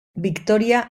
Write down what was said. victoria